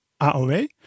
AOA